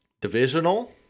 Divisional